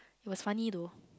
was funny though